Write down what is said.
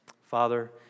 Father